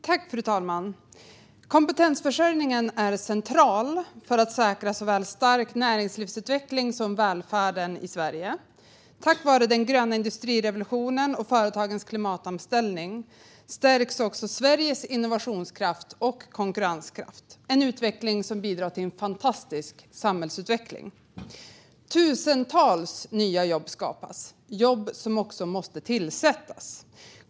Fru talman! Kompetensförsörjningen är central för att säkra såväl stark näringslivsutveckling som välfärden i Sverige. Tack vare den gröna industrirevolutionen och företagens klimatomställning stärks också Sveriges innovationskraft och konkurrenskraft. Det är en utveckling som bidrar till en fantastisk samhällsutveckling. Tusentals nya jobb skapas. Det är jobb som också måste tillsättas.